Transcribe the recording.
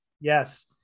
Yes